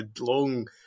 long